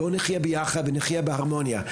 בואו נחיה ביחד ונחיה בהרמוניה.